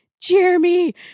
Jeremy